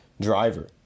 driver